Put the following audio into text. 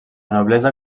noblesa